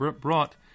brought